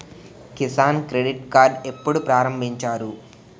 Kisan credit card ఎప్పుడు ప్రారంభించారు?